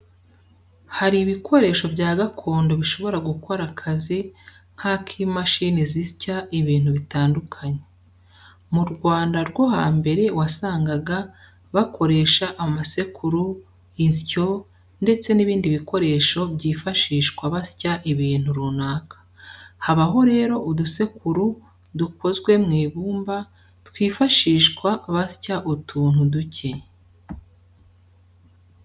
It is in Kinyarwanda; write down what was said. Hari ibikoresho bya gakondo bishobora gukora akazi nk'ak'imashini zisya ibintu bitandukanye. Mu Rwanda rwo hambere wasangaga bakoresha amasekuru, insyo ndetse n'ibindi bikoresho byifashishwa basya ibintu runaka. Habaho rero udusekuru dukozwe mu ibumba twifashishwa basya utuntu duke.